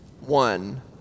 one